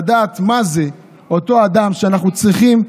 לדעת מה זה אותו אדם שאנחנו צריכים,